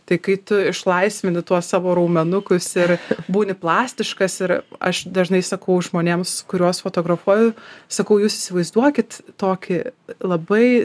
tai kai tu išlaisvini tuos savo raumenukus ir būni plastiškas ir aš dažnai sakau žmonėms kuriuos fotografuoju sakau jūs įsivaizduokit tokį labai